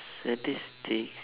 statistics